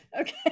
Okay